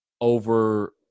over